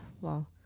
Wow